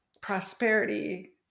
prosperity